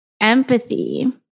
empathy